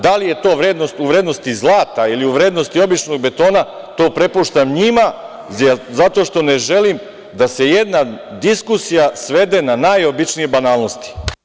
Da li je to vrednost u vrednosti zlata ili u vrednosti običnog betona, to prepuštam njima zato što ne želim da se jedna diskusija svede na najobičnije banalnosti.